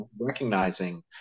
recognizing